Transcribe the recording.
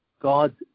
God